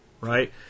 right